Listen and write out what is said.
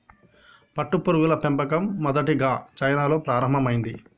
పట్టుపురుగుల పెంపకం మొదటిగా చైనాలో ప్రారంభమైంది